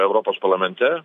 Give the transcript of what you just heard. europos parlamente